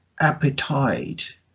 appetite